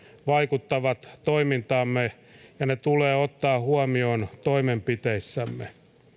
vaikuttavat toimintaamme ja ne tulee ottaa huomioon toimenpiteissämme